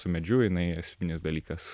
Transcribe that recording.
su medžiu jinai esminis dalykas